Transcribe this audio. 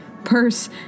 Purse